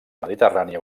mediterrània